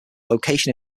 location